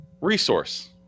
resource